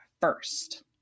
first